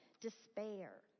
despair